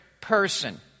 person